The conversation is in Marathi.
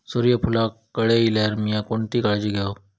सूर्यफूलाक कळे इल्यार मीया कोणती काळजी घेव?